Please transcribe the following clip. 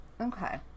Okay